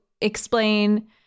explain